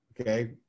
Okay